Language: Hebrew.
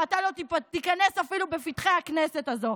ואתה לא תיכנס אפילו בפתחי הכנסת הזאת.